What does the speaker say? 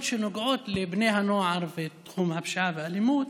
שנוגעות לבני הנוער בתחום הפשיעה והאלימות